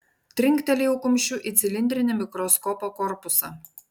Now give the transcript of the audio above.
trinktelėjau kumščiu į cilindrinį mikroskopo korpusą